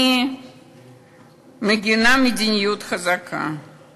אני מגינה על מדיניות חזקה,